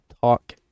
talk